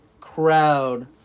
crowd